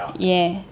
yeah